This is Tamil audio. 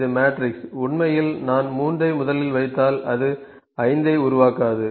இது மேட்ரிக்ஸ் உண்மையில் நான் 3 ஐ முதலில் வைத்தால் அது 5 ஐ உருவாக்காது